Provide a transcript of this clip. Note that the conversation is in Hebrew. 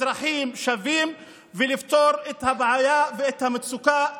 אזרחים שווים ולפתור את הבעיה ואת המצוקה שלהם.